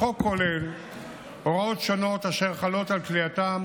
החוק כולל הוראות שונות אשר חלות על כליאתם